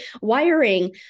wiring